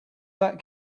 that